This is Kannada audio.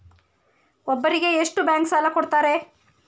ಒಬ್ಬರಿಗೆ ಎಷ್ಟು ಬ್ಯಾಂಕ್ ಸಾಲ ಕೊಡ್ತಾರೆ?